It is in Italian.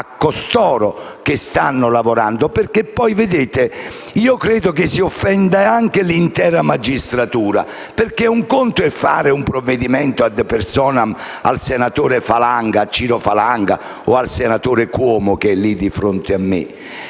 a coloro che stanno lavorando? Io credo che si offenda anche l'intera magistratura, perché un conto è fare un provvedimento *ad personam* al senatore Falanga, o al senatore Cuomo che è di fronte a me,